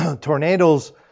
tornadoes